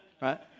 right